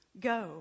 Go